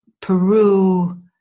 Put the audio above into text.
Peru